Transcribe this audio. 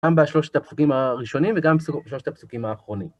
גם בשלושת הפסוקים הראשונים וגם בשלושת הפסוקים האחרונים.